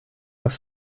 was